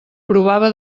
provava